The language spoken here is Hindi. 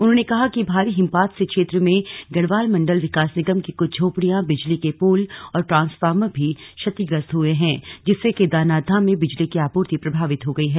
उन्होंने कहा कि भारी हिमपात से क्षेत्र में गढ़वाल मंडल विकास निगम की कृछ झोपडियां बिजली के पोल और ट्रांसफार्मर भी क्षतिग्रस्त हुए हैं जिससे केदारनाथ धाम में बिजली की आपूर्ति प्रभावित हो गयी है